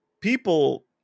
people